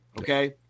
Okay